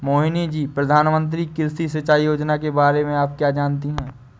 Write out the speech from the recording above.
मोहिनी जी, प्रधानमंत्री कृषि सिंचाई योजना के बारे में आप क्या जानती हैं?